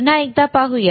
पुन्हा एकदा पाहूया